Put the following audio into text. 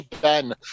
Ben